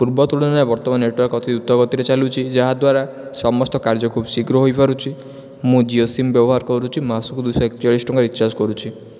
ପୂର୍ବ ତୁଳନାରେ ବର୍ତ୍ତମାନ ନେଟ୍ୱାର୍କ୍ ଅତି ଦ୍ରୁତ ଗତିରେ ଚାଲୁଛି ଯାହା ଦ୍ୱାରା ସମସ୍ତ କାର୍ଯ୍ୟ ଖୁବ୍ ଶୀଘ୍ର ହୋଇପାରୁଛି ମୁଁ ଜିଓ ସିମ୍ ବ୍ୟବହାର କରୁଛି ମାସକୁ ଦୁଇଶହ ଏକଚାଳିଶ ଟଙ୍କା ରିଚାର୍ଜ୍ କରୁଛି